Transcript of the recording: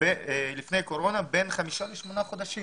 לפני הקורונה בין חמישה לשמונה חודשים